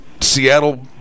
Seattle